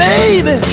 Baby